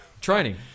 training